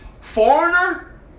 foreigner